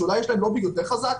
שאולי יש להם לובי יותר חזק,